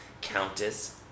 Countess